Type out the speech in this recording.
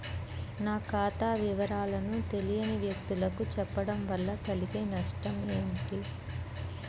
నా ఖాతా వివరాలను తెలియని వ్యక్తులకు చెప్పడం వల్ల కలిగే నష్టమేంటి?